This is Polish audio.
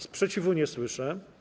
Sprzeciwu nie słyszę.